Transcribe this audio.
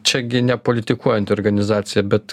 čia gi ne politikuojanti organizacija bet